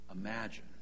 imagine